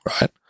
right